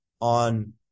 on